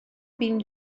been